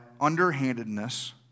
underhandedness